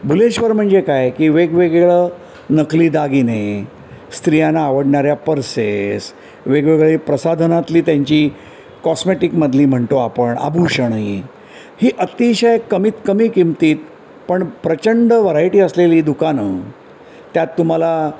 भुलेश्वर म्हणजे काय की वेगवेगळं नकली दागिने स्त्रियांना आवडणाऱ्या पर्सेस वेगवेगळे प्रसाधनातली त्यांची कॉस्मॅटिकमधली म्हणतो आपण आभूषणे ही अतिशय कमीत कमी किमतीत पण प्रचंड व्हरायटी असलेली दुकानं त्यात तुम्हाला